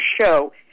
show